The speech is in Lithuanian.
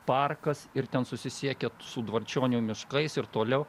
parkas ir ten susisiekia su dvarčionių miškais ir toliau